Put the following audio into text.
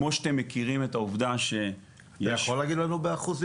אתה יכול להגיד לנו באחוזים?